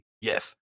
Yes